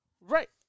Right